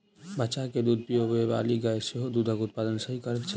बच्चा के दूध पिआबैबाली गाय सेहो दूधक उत्पादन सही करैत छै